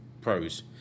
pros